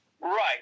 Right